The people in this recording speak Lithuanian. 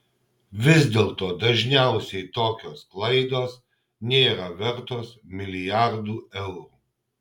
vis dėlto dažniausiai tokios klaidos nėra vertos milijardų eurų